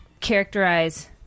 characterize